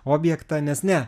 objektą nes ne